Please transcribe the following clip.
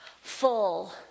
full